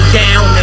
down